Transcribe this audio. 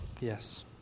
Yes